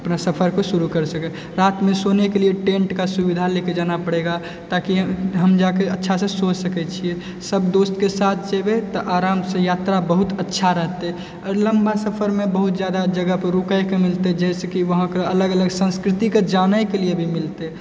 अपना सफरके शुरू कए सकै रातिमे सोनेके लिए टेण्ट के सुविधा ले के जाना पड़ेगा ताकि हम जाके अच्छासँ सो सकै छियै सब दोस्तके साथ छै तऽ आरामसँ यात्रा बहुत अच्छा रहतै आओर लम्बा सफरमे बहुत जादा जगहपर रोकैके मिलतै जाहिसँ की वहाँके अलग अलग संस्कृतिके जानैके लिए भी मिलतै